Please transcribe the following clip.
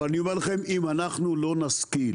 אבל אני אומר לכם, אם אנחנו לא נשכיל